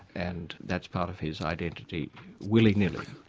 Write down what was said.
and that's part of his identity willy-nilly.